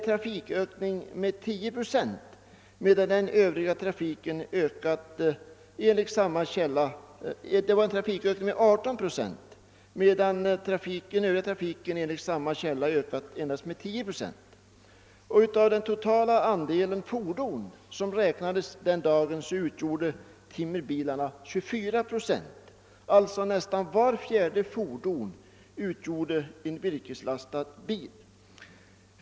Detta innebär en trafikökning med 18 procent medan den övriga trafiken enligt samma källa endast ökat med 10 procent. Av den totala andelen fordon som räknades den dagen utgjorde timmerbilarna 24 procent. Nästan vart fjärde fordon var alltså en virkeslastad bil.